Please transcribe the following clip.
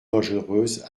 dangereuse